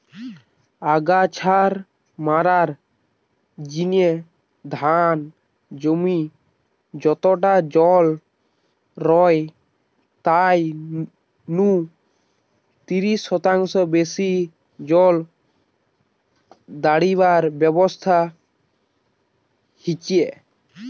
আগাছা মারার জিনে ধান জমি যতটা জল রয় তাই নু তিরিশ শতাংশ বেশি জল দাড়িবার ব্যবস্থা হিচে